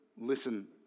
listen